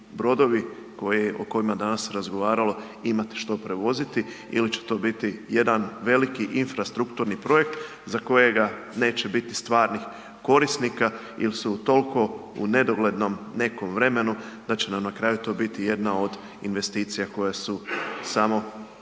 brodovi o kojima danas se razgovaralo imati što prevoziti ili će to biti jedan veliki infrastrukturni projekt za kojega neće biti stvarnih korisnika ili su toliko u nedoglednom nekom vremenu da će nam na kraju to biti jedna od investicija koje su samo